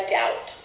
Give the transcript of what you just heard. doubt